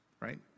right